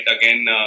Again